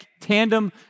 tandem